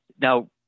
Now